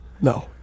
no